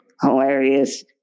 hilarious